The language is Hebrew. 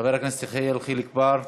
חבר הכנסת יחיאל חיליק בר,